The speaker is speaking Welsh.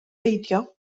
beidio